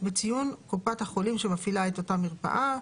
בציון קופת החולים שמפעילה את אותה המרפאה.